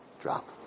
drop